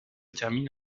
termine